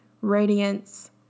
radiance